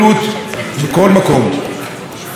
ראש הממשלה ציין בנאומו איך הנגב,